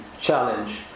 challenge